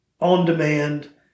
on-demand